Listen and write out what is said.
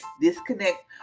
Disconnect